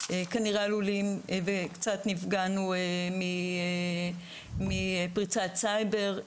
כנראה עלולים וקצת נפגענו מפריצת סייבר,